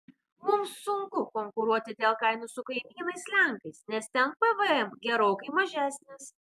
mums sunku konkuruoti dėl kainų su kaimynais lenkais nes ten pvm gerokai mažesnis